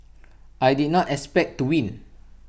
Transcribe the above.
I did not expect to win